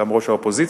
גם ראש האופוזיציה,